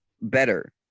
better